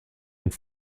und